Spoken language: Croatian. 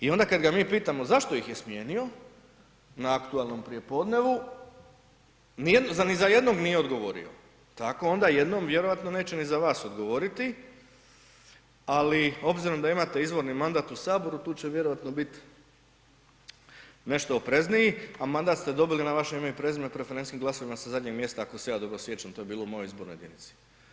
I onda kad ga mi pitamo zašto ih je smijenio na aktualnom prijepodnevu, za nijednog nije odgovorio, tako onda jednom vjerojatno neće ni za vas odgovoriti, ali obzirom da imate izvorni mandat u Saboru, tu će vjerojatno bit nešto oprezniji, a mandat ste dobili na vaše ime i prezime preferencijskih glasovima, sa zadnjeg mjesta, ako se ja dobro sjećam, to je bilo u mojoj izbornoj jedinici.